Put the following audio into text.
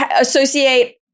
associate